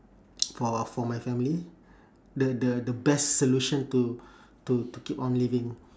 for our for my family the the the best solution to to keep on living